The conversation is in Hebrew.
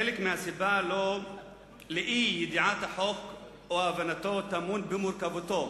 חלק מהסיבה לאי-ידיעת החוק או לאי-הבנתו טמון במורכבותו,